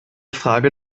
frage